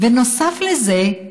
בנוסף לזה,